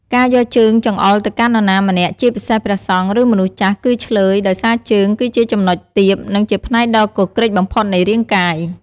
ការយកជើងចង្អុលទៅកាន់នរណាម្នាក់ ជាពិសេសព្រះសង្ឃ ឬ មនុស្សចាស់ គឺឈ្លើយ ដោយសារជើងគឺជាចំណុចទាប និងជាផ្នែកដ៏គគ្រិចបំផុតនៃរាងកាយ។